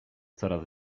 coraz